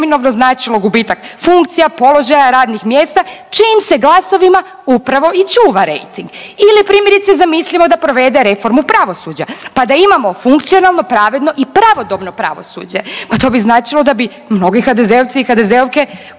značilo gubitak funkcija, položaja, radnih mjesta čijim se glasovima upravo i čuva rejting ili primjerice da provede reformu pravosuđa pa da imamo funkcionalno, pravedno i pravodobno pravosuđe. Pa to bi značilo da bi mnogi HDZ-ovci i HDZ-ovke